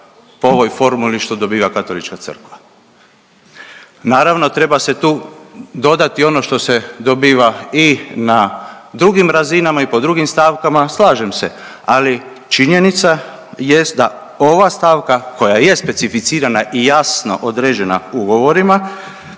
po ovoj formuli što dobiva katolička crkva. Naravno treba se tu dodati ono što se dobiva i na drugim razinama i po drugim stavkama. Slažem se, ali činjenica jest da ova stavka koja je specificirana i jasno određena ugovorima